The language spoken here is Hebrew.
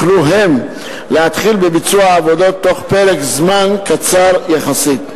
הם יוכלו להתחיל בביצוע העבודות בתוך פרק זמן קצר יחסית.